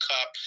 Cup